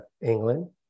England